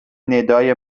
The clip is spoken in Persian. ندای